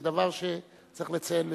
זה דבר שצריך לציין לשבח.